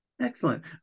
Excellent